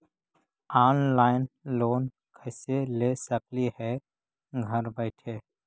Online loan कैसे ले सकली हे घर बैठे?